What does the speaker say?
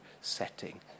setting